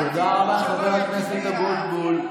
לציבור שלו יש ציפייה.